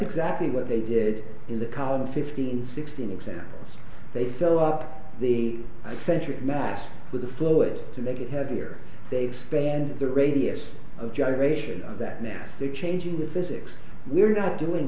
exactly what they did in the colony fifteen sixteen examples they fill up the century mass with the flow it to make it heavier they expand the radius of generation that mastic changing the physics we're not doing